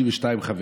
52 חברים,